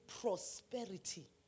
Prosperity